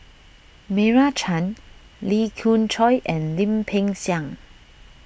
Meira Chand Lee Khoon Choy and Lim Peng Siang